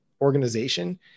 organization